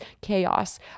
chaos